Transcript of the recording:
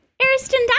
Ariston